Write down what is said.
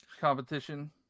competition